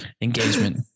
Engagement